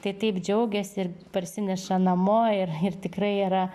tai taip džiaugiasi ir parsineša namo ir ir tikrai yra